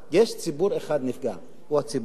יש ציבור אחד נפגע, הוא הציבור הערבי.